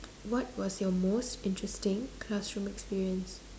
what was your most interesting classroom experience